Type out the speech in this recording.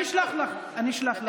אני אשלח לך אותה.